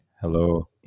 Hello